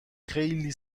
خیلی